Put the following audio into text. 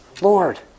Lord